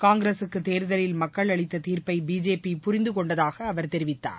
காங்கிரசுக்கு தேர்தலில் மக்கள் அளித்த தீர்ப்பை பிஜேபி புரிந்து கொண்டதாக அவர் தெரிவித்தார்